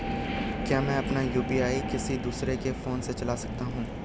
क्या मैं अपना यु.पी.आई दूसरे के फोन से चला सकता हूँ?